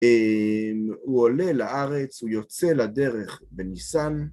הוא עולה לארץ, הוא יוצא לדרך בניסן.